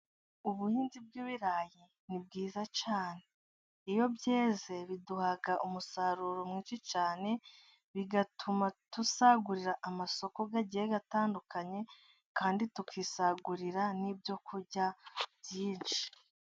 Ubuhinzi bw'ibirayi ni bwiza cyane. Iyo byeze biduha umusaruro mwinshi cyane, bigatuma dusagurira amasoko agiye atandukanye, kandi tukisagurira n'ibyo kurya byinshi.